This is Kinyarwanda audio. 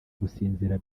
gusinzira